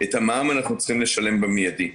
את המע"מ אנחנו צריכים לשלם במיידי.